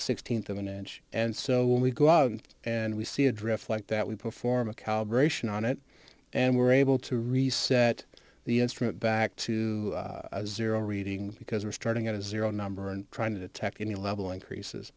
sixteenth of an inch and so when we go out and we see a drift like that we perform a calibration on it and we're able to reset the instrument back to zero reading because we're starting at a zero number and trying to detect any level increases